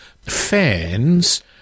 fans